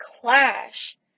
clash